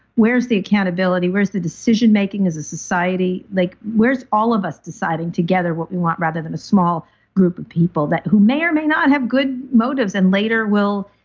where's the accountability? where's the decision making as a society? like where's all of us deciding together what we want rather than a small group of people, who may or may not have good motives and later will.